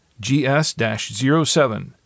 GS-07